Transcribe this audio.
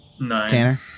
Nine